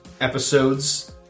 episodes